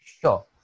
Sure